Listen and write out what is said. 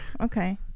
okay